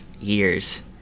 years